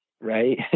right